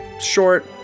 short